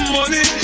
Money